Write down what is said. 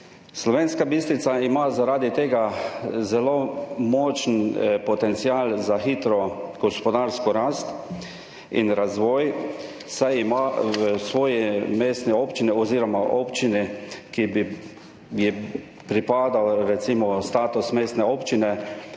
Slovenska Bistrica ima zaradi tega zelo močen potencial za hitro gospodarsko rast in razvoj, saj ima v svoji mestni občini oziroma občini, ki bi ji recimo pripadal status mestne občine,